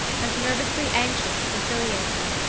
and nervously anxious to conciliate her,